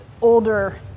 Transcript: older